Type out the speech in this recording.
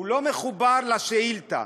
הוא לא מחובר לשאילתה.